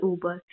Uber